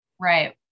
Right